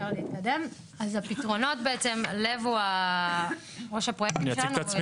אז הפתרונות בעצם, לב הוא ראש הפרויקטים שלנו.